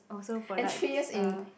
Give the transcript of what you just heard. also product stuff